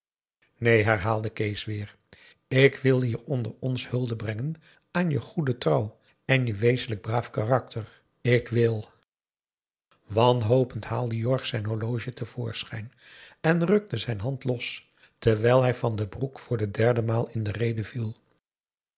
neen herhaalde kees weer ik wil hier onder ons hulde brengen aan je goede trouw en je wezenlijk braaf karakter ik wil wanhopend haalde jorg zijn horloge te voorschijn en rukte zijn hand los terwijl hij van den broek voor de derde maal in de rede viel